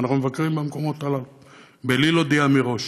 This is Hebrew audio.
ואנחנו מבקרים במקומות הללו בלי להודיע מראש.